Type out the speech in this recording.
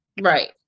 right